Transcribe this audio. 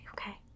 okay